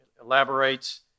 elaborates